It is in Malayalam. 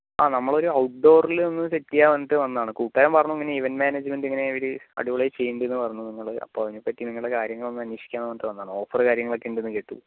ആ നമ്മൾ ഒരു ഔട്ട്ഡോറില് ഒന്ന് സെറ്റ് ചെയ്യാന്നു പറഞ്ഞിട്ട് വന്നതാണ് കൂട്ടുകാരൻ പറഞ്ഞു എങ്ങനെ ഈവെന്റ് മാനേജ്മെൻ്റ് എങ്ങനെ ഒരു അടിപൊളിയായി ചെയ്യുന്നുണ്ടെന്ന് പറഞ്ഞ് നിങ്ങൾ അപ്പോൾ എന്തൊക്കെയാണ് കാര്യങ്ങൾ എന്ന് അന്വേഷിക്കാന്നു പറഞ്ഞിട്ട് വന്നതാണ് ഓഫർ കാര്യങ്ങൾ ഒക്കെ ഉണ്ടെന്ന് കേട്ടു